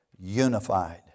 unified